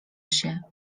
się